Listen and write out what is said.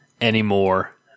anymore